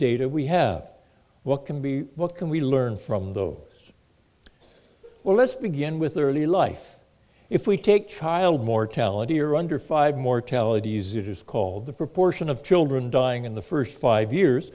data we have what can be what can we learn from those well let's begin with the early life if we take child mortality or under five mortalities it is called the proportion of children dying in the first five years